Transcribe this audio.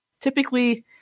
typically